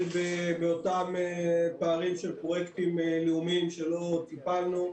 באותם פערים של פרויקטים לאומיים שלא טיפלנו,